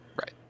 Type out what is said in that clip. Right